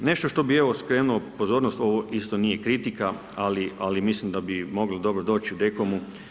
I nešto što bi skrenuo pozornost, ovo isto nije kritika, ali mislim da bi moglo dobro doći Dekomu.